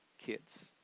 Kids